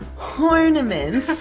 horn-aments!